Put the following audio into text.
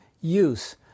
use